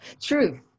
True